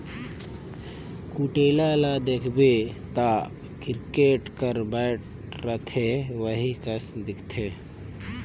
कुटेला ल देखबे ता किरकेट कर बैट रहथे ओही कस दिखथे